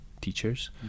teachers